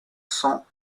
cent